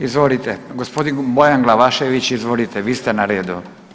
Izvolite, gospodin Bojan Glavašević, izvolite vi ste na redu.